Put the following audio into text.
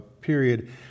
period